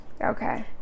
Okay